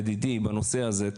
לדדי בנושא הזה.